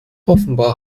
offenbar